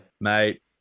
Mate